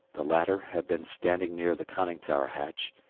the latter had been standing near the conning-tower hatch,